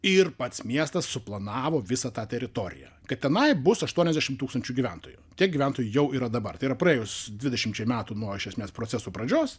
ir pats miestas suplanavo visą tą teritoriją kad tenai bus aštuoniasdešim tūkstančių gyventojų tiek gyventojų jau yra dabar tai yra praėjus dvidešimčiai metų nuo iš esmės proceso pradžios